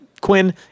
Quinn